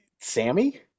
Sammy